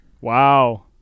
Wow